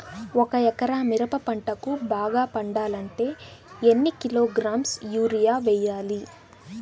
ఒక ఎకరా మిరప పంటకు బాగా పండాలంటే ఎన్ని కిలోగ్రామ్స్ యూరియ వెయ్యాలి?